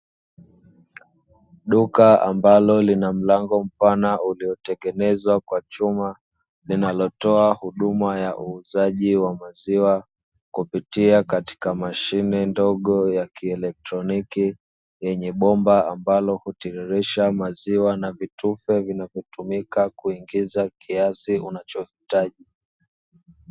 Duka ambalo lina mlango mpana uliotengenezwa kwa chuma linalotoa huduma ya uuzaji wa maziwa kupitia katika mashine ndogo ya kielektroniki yenye bomba ambalo hutiririsha maziwa na vitufe vinavyotumika kuingiza kiasi unachohitaji.